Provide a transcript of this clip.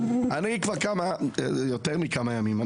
כבר יותר מכמה ימים,